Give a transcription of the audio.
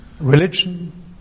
religion